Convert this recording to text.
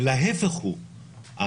ההפך הוא,